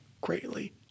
greatly